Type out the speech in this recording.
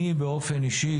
אני באופן אישי,